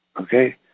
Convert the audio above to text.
okay